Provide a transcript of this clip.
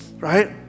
Right